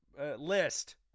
list